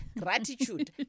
gratitude